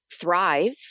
thrive